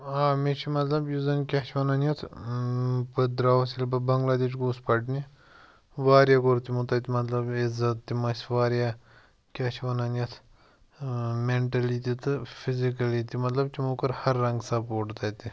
آ مےٚ چھُ مطلب یُس زَن کیاہ چھِ وَنان یَتھ بہٕ درٛاوُس ییٚلہِ بہٕ بَنٛگلادیش گوٚوُس پَرنہِ وارِیاہ کوٚر تِمو تَتہِ مطلب عزت تِم ٲسۍ وارِیاہ کیاہ چھِ وَنان یَتھ ٲں میٚنٹٔلی تہِ تہٕ فِزِکٔلی تہِ مطلب تِمو کوٚر ہر رَنٛگہٕ سَپورٹ تَتہِ